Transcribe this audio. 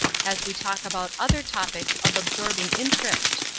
as we talk about other topics of absorbing interest.